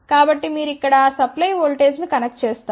కాబట్టి మీరు ఇక్కడ సప్లై ఓల్టేజ్ను కనెక్ట్ చేస్తారు